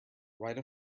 write